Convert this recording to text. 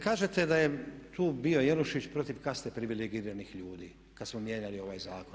Kažete da je tu bio Jelušić protiv kaste privilegiranih ljudi kad smo mijenjali ovaj zakon.